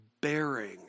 bearing